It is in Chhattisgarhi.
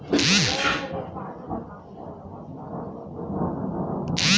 मिसावल धान पान ल एक घरी सकेले बर चरहिया कर परियोग करल जाथे